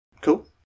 Cool